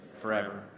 forever